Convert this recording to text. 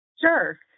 Sure